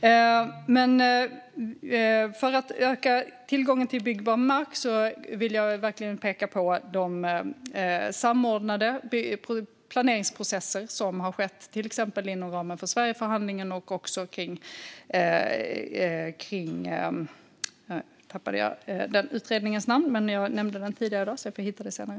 När det gäller att öka tillgången till byggbar mark vill jag verkligen peka på de samordnade planeringsprocesser som har skett till exempel inom ramen för Sverigeförhandlingen och även kring den utredning som jag nämnde tidigare i dag - och vars namn jag just nu har tappat. Jag får hitta det senare.